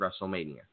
WrestleMania